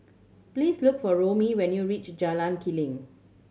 please look for Romie when you reach Jalan Keli